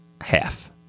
Half